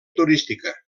turística